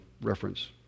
reference